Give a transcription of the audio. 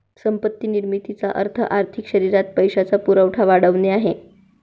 संपत्ती निर्मितीचा अर्थ आर्थिक शरीरात पैशाचा पुरवठा वाढवणे आहे